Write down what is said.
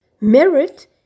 merit